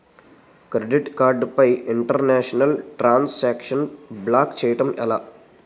Credit card పై international transaction block చేయటం ఎలా?